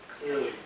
clearly